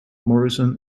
morrison